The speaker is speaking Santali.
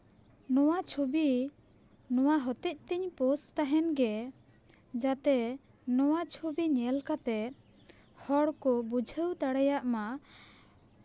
ᱱᱚᱣᱟ ᱪᱷᱚᱵᱤ ᱱᱚᱣᱟ ᱦᱚᱛᱮᱡ ᱛᱤᱧ ᱯᱳᱥᱴ ᱛᱟᱦᱮᱱ ᱜᱮ ᱡᱟᱛᱮ ᱱᱚᱣᱟ ᱪᱷᱚᱵᱤ ᱧᱮᱞ ᱠᱟᱛᱮᱫ ᱦᱚᱲ ᱠᱚ ᱵᱩᱡᱷᱟᱹᱣ ᱫᱟᱲᱮᱭᱟᱜᱼᱢᱟ